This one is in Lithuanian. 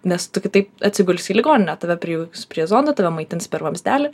nes tu kitaip atsigulsi į ligoninę tave prijungs prie zondo tave maitins per vamzdelį